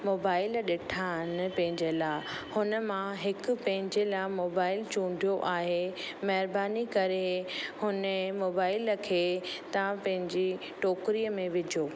mobile ॾिठा आहिनि पंहिंजे लाइ हुन मां हिकु पंहिंजे लाइ मोबाइल चुंडियो आहे महिरबानी करे हुन जे मोबाइल खे तव्हां पंहिंजी टोकरीअ में विझो